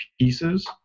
pieces